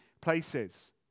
places